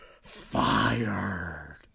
fired